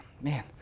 man